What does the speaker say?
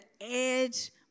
edge